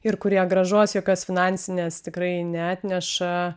ir kurie grąžos jokios finansinės tikrai neatneša